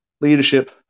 leadership